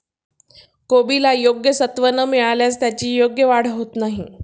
कोबीला योग्य सत्व न मिळाल्यास त्याची योग्य वाढ होत नाही